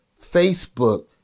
Facebook